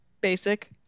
basic